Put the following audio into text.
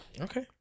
okay